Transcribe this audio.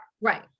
right